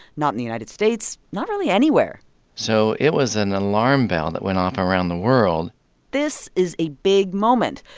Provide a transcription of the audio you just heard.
not in the united states, not really anywhere so it was an alarm bell that went off around the world this is a big moment.